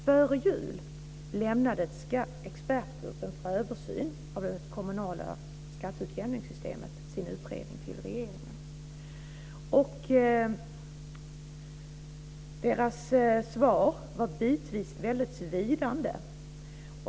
Före jul lämnade expertgruppen för översyn av det kommunala skatteutjämningssystemet sin utredning till regeringen. Deras svar var bitvis väldigt svidande.